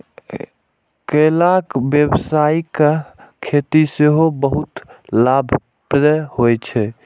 केलाक व्यावसायिक खेती सेहो बहुत लाभप्रद होइ छै